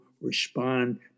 respond